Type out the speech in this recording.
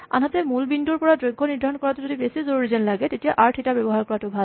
আনহাতে মূল বিন্দুৰ পৰা দৈৰ্ঘ নিৰ্ধাৰণ কৰাটো যদি বেছি জৰুৰী যেন লাগে তেতিয়া আৰ থিতা ব্যৱহাৰ কৰাটো ভাল